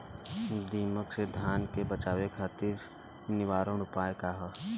दिमक से धान के बचावे खातिर निवारक उपाय का ह?